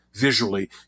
visually